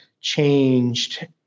changed